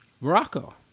Morocco